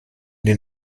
den